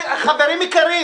אחרים.